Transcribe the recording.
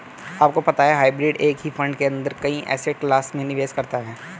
आपको पता है हाइब्रिड एक ही फंड के अंदर कई एसेट क्लास में निवेश करता है?